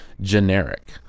generic